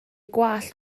gwallt